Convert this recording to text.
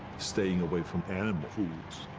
staying away from animals foods.